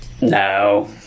No